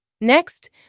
Next